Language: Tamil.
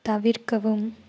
தவிர்க்கவும்